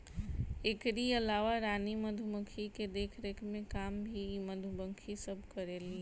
एकरी अलावा रानी मधुमक्खी के देखरेख के काम भी इ मधुमक्खी सब करेली